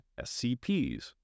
SCPs